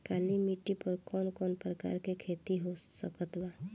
काली मिट्टी पर कौन कौन प्रकार के खेती हो सकत बा?